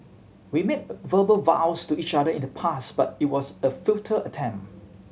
we made verbal vows to each other in the past but it was a futile attempt